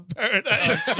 paradise